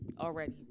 already